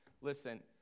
listen